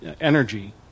energy